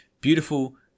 beautiful